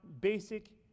basic